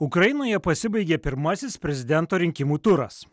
ukrainoje pasibaigė pirmasis prezidento rinkimų turas